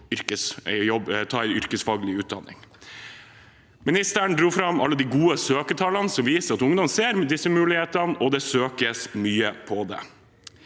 å ta yrkesfaglig utdanning. Ministeren dro fram alle de gode søkertallene, som viser at ungdom ser disse mulighetene, og det søkes mye på det.